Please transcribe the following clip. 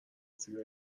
زیر